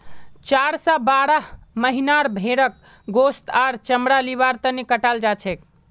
चार स बारह महीनार भेंड़क गोस्त आर चमड़ा लिबार तने कटाल जाछेक